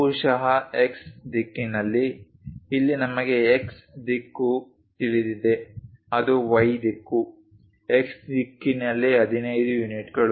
ಬಹುಶಃ X ದಿಕ್ಕಿನಲ್ಲಿ ಇಲ್ಲಿ ನಮಗೆ X ದಿಕ್ಕು ತಿಳಿದಿದೆ ಅದು Y ದಿಕ್ಕು X ದಿಕ್ಕಿನಲ್ಲಿ 15 ಯೂನಿಟ್ಗಳು